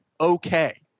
okay